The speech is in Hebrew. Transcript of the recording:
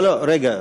לא, לא, רגע.